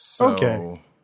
Okay